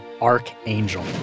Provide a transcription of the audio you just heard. archangel